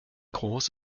groß